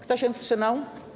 Kto się wstrzymał?